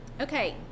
okay